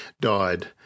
died